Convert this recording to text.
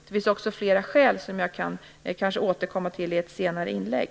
Det finns även andra skäl som jag kanske kan återkomma till i ett senare inlägg.